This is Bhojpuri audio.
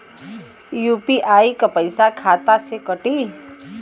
यू.पी.आई क पैसा खाता से कटी?